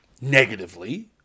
negatively